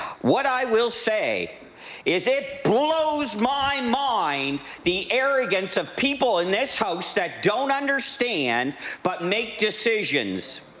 what i will say is it blows my mind the arrogance of people in this house that don't understand but make decisions.